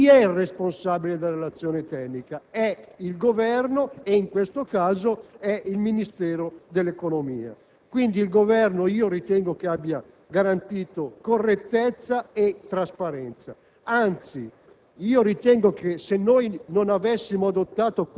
da parte del sottosegretario Sartor. Chi è il responsabile della relazione tecnica? È il Governo, in questo caso il Ministero dell'economia. Io ritengo che il Governo abbia garantito correttezza e trasparenza; anzi,